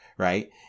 right